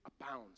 abounds